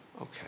Okay